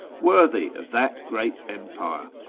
worthy of that great empire.